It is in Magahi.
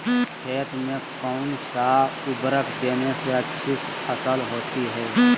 खेत में कौन सा उर्वरक देने से अच्छी फसल होती है?